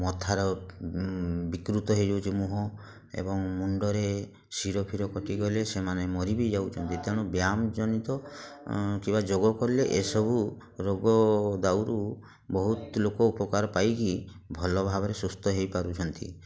ମଥାର ବିକୃତ ହେଇଯାଉଛି ମୁହଁ ଏବଂ ମୁଣ୍ଡରେ ଶିର ଫିର କଟିଗଲେ ସେମାନେ ମରି ବି ଯାଉଛନ୍ତି ତେଣୁ ବ୍ୟାୟମ ଜନିତ କିମ୍ବା ଯୋଗ କରିଲେ ଏ ସବୁ ରୋଗ ଦାଉରୁ ବହୁତ ଲୋକ ଉପକାର ପାଇକି ଭଲ ଭାବରେ ସୁସ୍ଥ ହେଇ ପାରୁଛନ୍ତି